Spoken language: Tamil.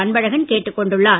அன்பழகன் கேட்டுக் கொண்டுள்ளார்